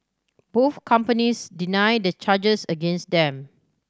both companies deny the charges against them